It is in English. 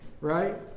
Right